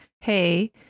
hey